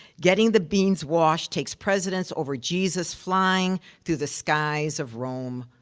getting the beans washed takes precedence over jesus flying through the skies of rome,